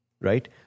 right